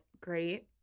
great